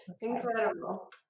incredible